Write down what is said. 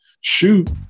shoot